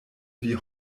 wie